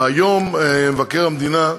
היום מבקר המדינה,